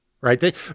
Right